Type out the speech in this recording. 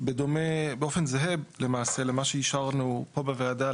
באופן זהה למעשה למה שאישרנו פה בוועדה,